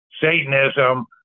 satanism